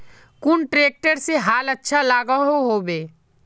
कुन ट्रैक्टर से हाल अच्छा लागोहो होबे?